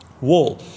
wall